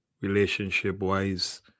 relationship-wise